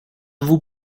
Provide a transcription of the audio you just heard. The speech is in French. vous